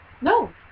No